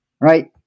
right